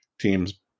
teams